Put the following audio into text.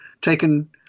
taken